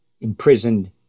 imprisoned